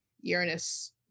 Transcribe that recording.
uranus